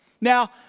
Now